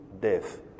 death